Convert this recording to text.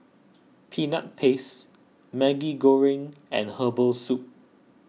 Peanut Paste Maggi Goreng and Herbal Soup